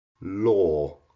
LAW